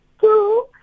Two